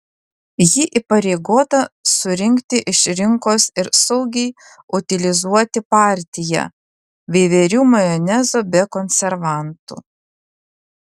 ji įpareigota surinkti iš rinkos ir saugiai utilizuoti partiją veiverių majonezo be konservantų